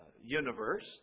universe